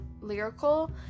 lyrical